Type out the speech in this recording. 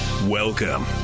Welcome